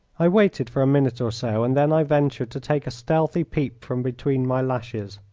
i waited for a minute or so and then i ventured to take a stealthy peep from between my lashes.